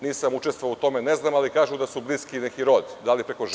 Nisam učestvovao u tome, ne znam, ali kažu da su bliski neki rod, da li preko žene